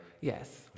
Yes